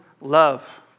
love